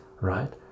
right